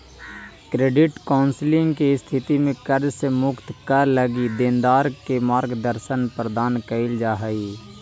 credit counselling के स्थिति में कर्ज से मुक्ति क लगी देनदार के मार्गदर्शन प्रदान कईल जा हई